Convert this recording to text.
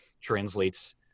translates